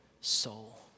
soul